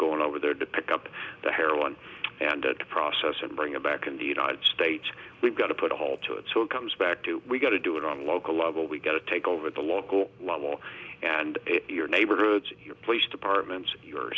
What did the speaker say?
going over there to pick up the heroin and the process and bring it back in the united states we've got to put a halt to it so it comes back to we got to do it on the local level we've got to take over the local law and your neighborhoods your police departments your